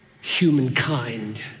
humankind